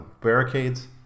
barricades